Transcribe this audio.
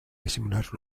disimular